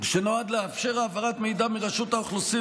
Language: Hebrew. שנועד לאפשר העברת מידע מרשות האוכלוסין